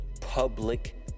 public